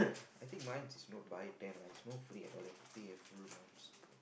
I think mine it's not buy ten lah it's no free at all you have to pay the full amounts